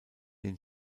den